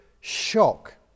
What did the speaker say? shock